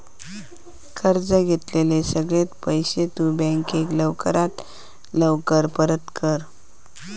कर्ज घेतलेले सगळे पैशे तु बँकेक लवकरात लवकर परत कर